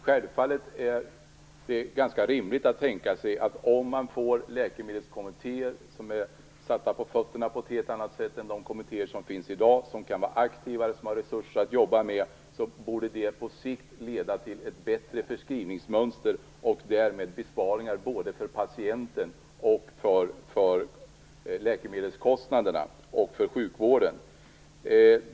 Självfallet är det ganska rimligt att tänka sig att läkemedelskommittéer som kan vara aktivare än de kommittéer som finns i dag och som har resurser att jobba med på sikt borde leda till ett bättre förskrivningsmönster och därmed till besparingar, både för patienten och för sjukvården.